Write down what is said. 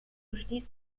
stieß